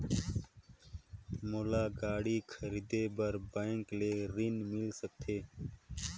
मोला गाड़ी खरीदे बार बैंक ले ऋण मिल सकथे?